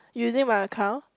using my account